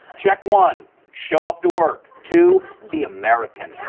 check one show up to work. two be american